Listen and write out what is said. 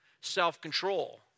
Self-control